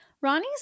Ronnie's